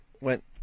went